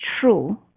true